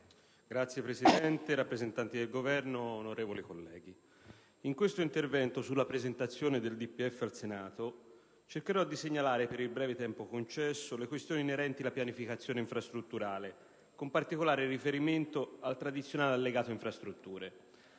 onorevole rappresentante del Governo, onorevoli colleghi, in questo intervento sulla presentazione del DPEF al Senato cercherò di segnalare, posto il breve tempo concesso, le questioni inerenti la pianificazione infrastrutturale con particolare riferimento al tradizionale allegato infrastrutture.